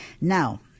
Now